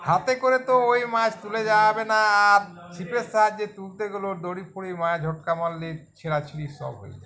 হাতে করে তো ওই মাছ তুলে দেওয়া যাবে না আর ছিপের সাহায্যে তুলতে গেলেও ওর দড়ি ফড়ি ঝটকা মারলে ছেঁড়াছিঁড়ি সব হয়ে যাবে